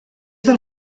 del